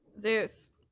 Zeus